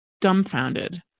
dumbfounded